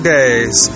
Days